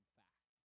fact